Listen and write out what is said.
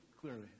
clearly